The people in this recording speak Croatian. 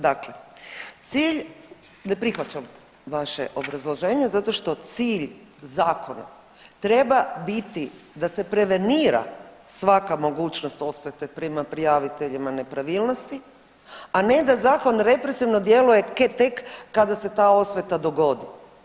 Dakle, cilj, ne prihvaćam vaše obrazloženje zato što cilj zakona treba biti da se prevenira svaka mogućnost osvete prema prijaviteljima nepravilnosti, a ne da zakon represivno djeluje tek kada se ta osveta dogodi.